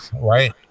Right